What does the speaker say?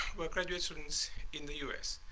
were graduations in the u s.